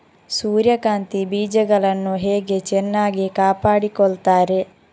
ಸೂರ್ಯಕಾಂತಿ ಬೀಜಗಳನ್ನು ಹೇಗೆ ಚೆನ್ನಾಗಿ ಕಾಪಾಡಿಕೊಳ್ತಾರೆ?